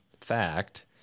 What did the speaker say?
fact